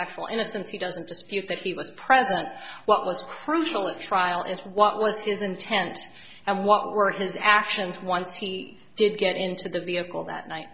actual innocence he doesn't dispute that he was present what was crucial at trial is what was his intent and what were his actions once he did get into the vehicle that night